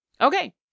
Okay